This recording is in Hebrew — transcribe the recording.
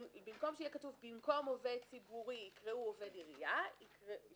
במקום שיהיה כתוב "במקום עובד ציבורי" יקראו "עובד ציבורי